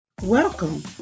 Welcome